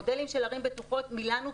מודלים של ערים בטוחות מילנו,